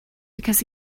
because